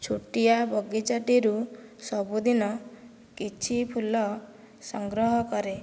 ଛୋଟିଆ ବଗିଚାଟି ରୁ ସବୁଦିନ କିଛି ଫୁଲ ସଂଗ୍ରହ କରେ